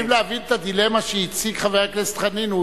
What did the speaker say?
אבל צריכים להבין את הדילמה שהציג חבר הכנסת חנין.